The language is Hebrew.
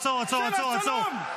עצור, עצור, עצור, עצור.